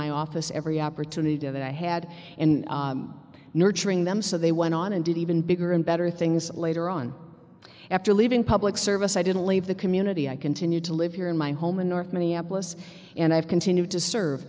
my office every opportunity did that i had and nurturing them so they went on and did even bigger and better things later on after leaving public service i didn't leave the community i continued to live here in my home in north minneapolis and i have continued to serve